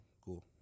Cool